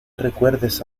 recuerdes